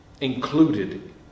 included